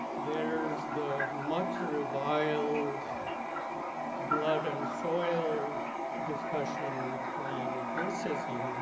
there's the much reviled blood and soil discussion from racism.